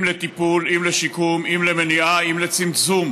אם לטיפול, אם לשיקום, אם למניעה, אם לצמצום